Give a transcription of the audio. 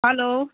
hello